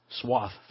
swath